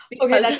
okay